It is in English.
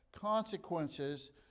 consequences